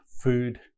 food